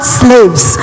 slaves